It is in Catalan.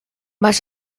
vas